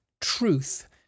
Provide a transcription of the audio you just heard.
truth